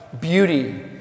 beauty